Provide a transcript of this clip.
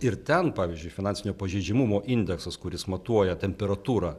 ir ten pavyzdžiui finansinio pažeidžiamumo indeksas kuris matuoja temperatūrą